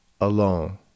alone